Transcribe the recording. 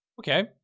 Okay